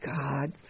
God